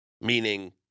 meaning